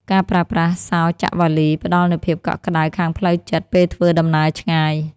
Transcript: ការប្រើប្រាស់សោចាក់វ៉ាលី ផ្តល់នូវភាពកក់ក្តៅខាងផ្លូវចិត្តពេលធ្វើដំណើរឆ្ងាយ។